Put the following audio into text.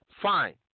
Fine